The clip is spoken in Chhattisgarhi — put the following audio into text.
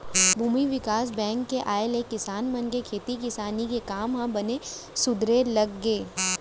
भूमि बिकास बेंक के आय ले किसान मन के खेती किसानी के काम ह बने सुधरे लग गे